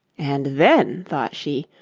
and then thought she,